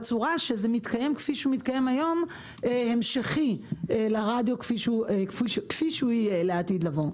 לרדיו בצורה שזה מתקיים כפי שהוא מתקיים היום ולעתיד לבוא.